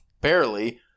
barely